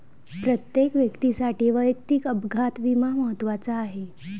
प्रत्येक व्यक्तीसाठी वैयक्तिक अपघात विमा महत्त्वाचा आहे